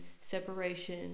separation